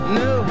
no